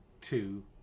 two